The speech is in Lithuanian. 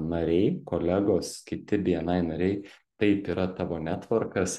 nariai kolegos kiti bni nariai taip yra tavo netvorkas